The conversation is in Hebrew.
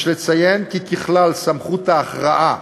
יש לציין כי, ככלל, סמכות ההכרעה